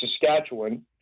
Saskatchewan